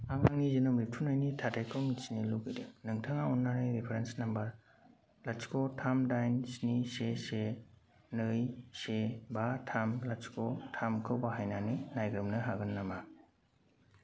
आं आंनि जोनोम रेबथुमनायनि थाथाइखौ मिथिनो लुगैदों नोंथाङा अन्नानै रेफारेन्स नाम्बार लाथिख' थाम दाइन स्नि से से नै से बा थाम लाथिख' थामखौ बाहायनानै नायग्रोमनो हागोन नामा